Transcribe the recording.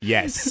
Yes